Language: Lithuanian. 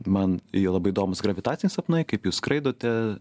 man i labai įdomūs gravitaciniai sapnai kaip jūs skraidote